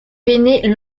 pennées